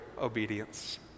obedience